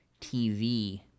tv